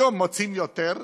היום מוציאים יותר,